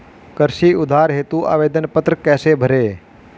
कृषि उधार हेतु आवेदन पत्र कैसे भरें?